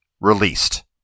Released